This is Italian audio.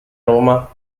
roma